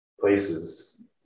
places